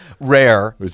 rare